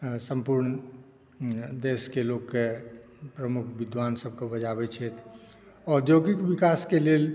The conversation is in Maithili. सम्पूर्ण देशके लोकके प्रमुख विद्वानसभके बजाबैत छथि औद्योगिक विकासक लेल